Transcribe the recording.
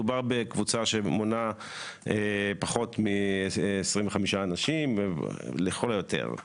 מדובר בקבוצה שמונה פחות מ-25 אנשים לכל היותר.